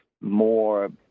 more